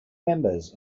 members